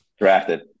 Drafted